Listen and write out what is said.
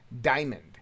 diamond